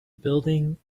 building